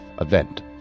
event